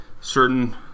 certain